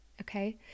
Okay